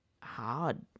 hard